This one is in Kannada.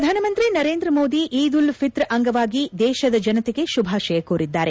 ಪ್ರಧಾನಮಂತ್ರಿ ನರೇಂದ್ರ ಮೋದಿ ಈದ್ ಉಲ್ ಫಿತರ್ ಅಂಗವಾಗಿ ದೇಶದ ಜನತೆಗೆ ಶುಭಾಶಯ ಕೋರಿದ್ದಾರೆ